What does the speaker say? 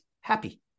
happy